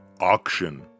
Auction